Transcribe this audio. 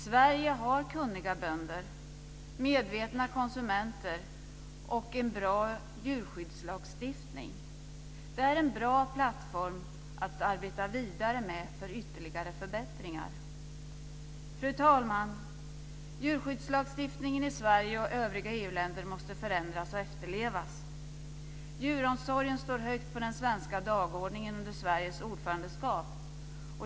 Sverige har kunniga bönder, medvetna konsumenter och en bra djurskyddslagstiftning. Det är en bra plattform att arbeta vidare från med ytterligare förbättringar. Fru talman! Djurskyddslagstiftningen i Sverige och i övriga EU-länder måste förändras och efterlevas. Djuromsorgen står högt på den svenska dagordningen under Sveriges ordförandeskap.